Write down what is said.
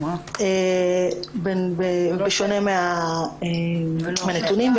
בשונה מהנתונים,